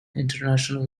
international